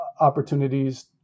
opportunities